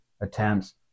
attempts